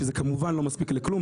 שזה כמובן לא מספיק לכלום,